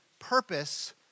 purpose